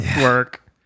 work